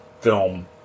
film